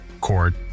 court